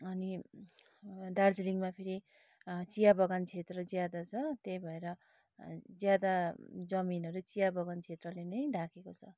अनि दार्जिलिङमा फेरि चियाबगान क्षेत्र ज्यादा छ त्यही भएर ज्यादा जमिनहरू चियाबगान क्षेत्रले नै ढाकेको छ